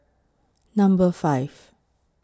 Number five